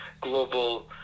global